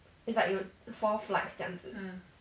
it's like 有 four flights 这样子